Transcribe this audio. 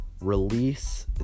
release